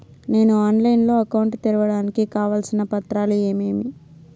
నేను ఆన్లైన్ లో అకౌంట్ తెరవడానికి కావాల్సిన పత్రాలు ఏమేమి?